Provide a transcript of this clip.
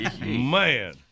Man